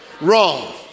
Wrong